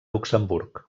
luxemburg